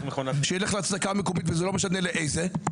שיילך לצדקה המקומית וזה לא משנה לאיזה,